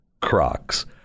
Crocs